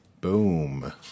Boom